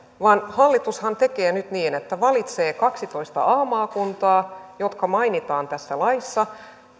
vaan hallitushan tekee nyt niin että valitsee kaksitoista a maakuntaa jotka mainitaan tässä laissa